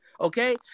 Okay